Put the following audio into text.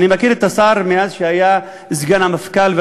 אני מכיר את השר מאז שהיה סגן המפכ"ל,